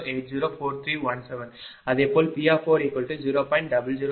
00804317 அதேபோல் P 0